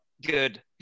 good